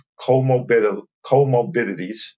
Comorbidities